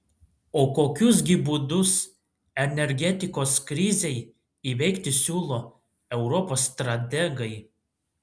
o kokius gi būdus energetikos krizei įveikti siūlo europos strategai